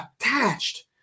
attached